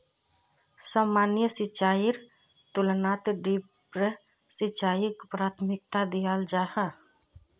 सामान्य सिंचाईर तुलनात ड्रिप सिंचाईक प्राथमिकता दियाल जाहा